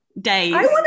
days